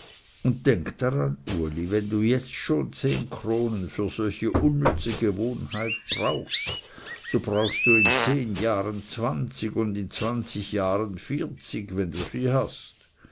und denk daran uli wenn du jetzt schon zehn kronen für solche unnütze gewohnheit brauchst so brauchst du in zehn jahren zwanzig und in zwanzig jahren vierzig wenn du sie hast